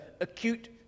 acute